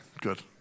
good